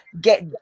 get